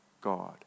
God